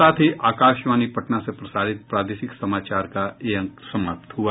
इसके साथ ही आकाशवाणी पटना से प्रसारित प्रादेशिक समाचार का ये अंक समाप्त हुआ